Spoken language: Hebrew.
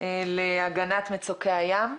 להגנת מצוקי הים?